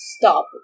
stop